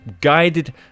guided